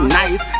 nice